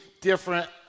different